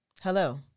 Hello